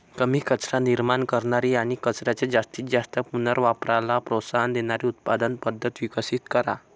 कमी कचरा निर्माण करणारी आणि कचऱ्याच्या जास्तीत जास्त पुनर्वापराला प्रोत्साहन देणारी उत्पादन पद्धत विकसित करा